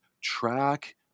track